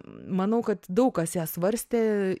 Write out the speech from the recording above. manau kad daug kas ją svarstė